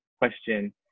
question